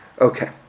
Okay